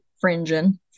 fringing